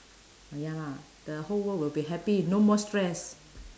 uh ya lah the whole world will be happy no more stress